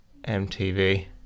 MTV